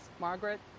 Margaret